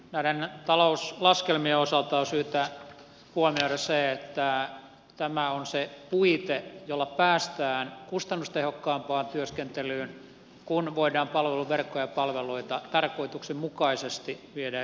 näiden talouslaskelmien osalta on syytä huomioida se että tämä on se puite jolla päästään kustannustehokkaampaan työskentelyyn kun voidaan palveluverkkoa ja palveluita tarkoituksenmukaisesti viedä eteenpäin